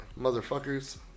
motherfuckers